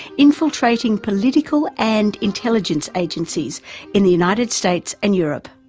infiltrating political and intelligence agencies in the united states and europe.